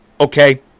Okay